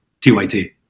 TYT